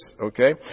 okay